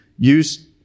Use